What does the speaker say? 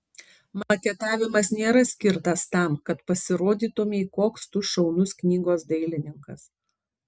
maketavimas nėra skirtas tam kad pasirodytumei koks tu šaunus knygos dailininkas